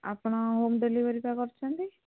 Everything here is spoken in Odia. ଆପଣ ହୋମ୍ ଡେଲିଭରି ପା କରୁଛନ୍ତି